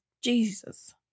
Jesus